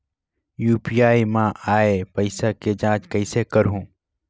UPI मा आय पइसा के जांच कइसे करहूं?